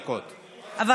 שלוש דקות, בבקשה.